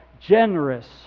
generous